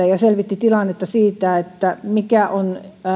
ja selvitti sitä tilannetta mikä on